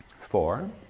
four